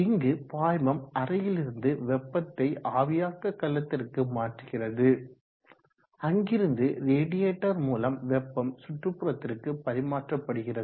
இங்கு பாய்மம் அறையிலிருந்து வெப்பத்தை ஆவியாக்க கலத்திற்கு மாற்றுகிறது அங்கிருந்து ரேடியேட்டர் மூலம் வெப்பம் சுற்றுப்புறத்திற்கு பரிமாற்றப்படுகிறது